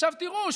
עכשיו תראו,